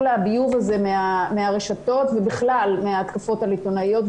הביוב הזה מהרשתות ובכלל מההתקפות על עיתונאיות.